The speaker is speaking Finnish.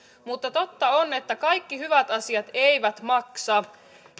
mutta totta on että kaikki hyvät asiat eivät maksa